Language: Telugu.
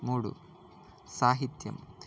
మూడు సాహిత్యం